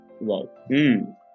Wow